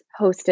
hosted